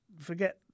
forget